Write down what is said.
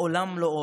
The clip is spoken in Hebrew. לעולם לא עוד.